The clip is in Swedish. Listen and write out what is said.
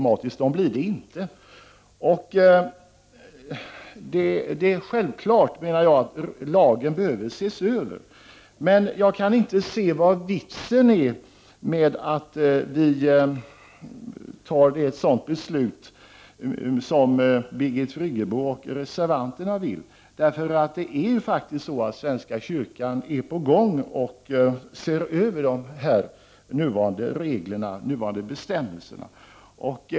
Jag menar att det är självklart att lagen behöver ses över. Men jag kan inte se vad som är vitsen med att fatta det beslut som Birgit Friggebo och de övriga reservanterna vill att vi skall fatta. Svenska kyrkan är faktiskt på gång med att se över de nuvarande bestämmelserna.